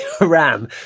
ram